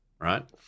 right